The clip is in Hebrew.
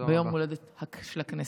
ביום ההולדת של הכנסת.